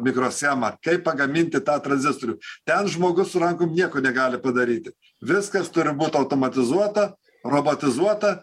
mikroschemą kaip pagaminti tą tranzistorių ten žmogus su rankom nieko negali padaryti viskas turi būt automatizuota robotizuota